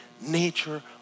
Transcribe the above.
nature